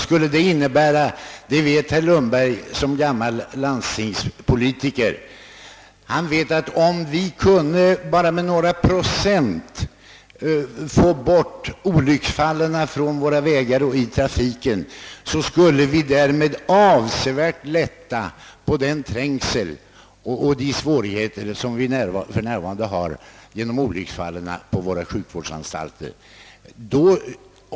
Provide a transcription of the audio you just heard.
Herr Lundberg vet som gammal landstingspolitiker, att om vi kunde med bara några få procent minska olycksfallen i samband med trafiken på våra vägar, skulle vi därmed avsevärt lätta på den trängsel och de svårigheter vi för närvarande har på våra sjukvårdsinrättningar på gund av dessa olycksfall.